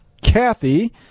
Kathy